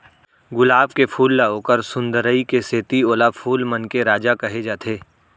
गुलाब के फूल ल ओकर सुंदरई के सेती ओला फूल मन के राजा कहे जाथे